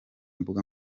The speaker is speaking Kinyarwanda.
mbuga